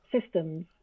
systems